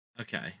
Okay